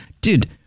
dude